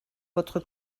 votre